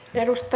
kiitoksia